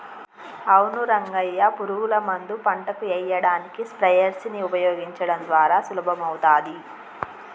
అవును రంగయ్య పురుగుల మందు పంటకు ఎయ్యడానికి స్ప్రయెర్స్ నీ ఉపయోగించడం ద్వారా సులభమవుతాది